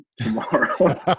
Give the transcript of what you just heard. tomorrow